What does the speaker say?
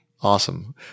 Awesome